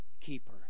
keeper